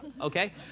okay